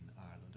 Ireland